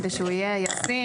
כדי שהוא יהיה ישים,